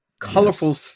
colorful